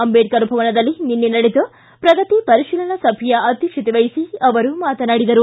ಅಂಬೇಡ್ಕರ್ ಭವನದಲ್ಲಿ ನಿನ್ನೆ ನಡೆದ ಪ್ರಗತಿ ಪರಿಶೀಲನಾ ಸಭೆಯ ಅಧ್ಯಕ್ಷತೆವಹಿಸಿ ಅವರು ಮಾತನಾಡಿದರು